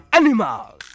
animals